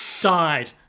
Died